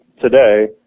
today